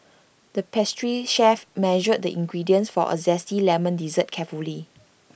the pastry chef measured the ingredients for A Zesty Lemon Dessert carefully